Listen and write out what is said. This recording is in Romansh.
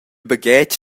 baghetg